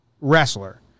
wrestler